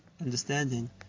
understanding